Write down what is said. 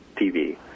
TV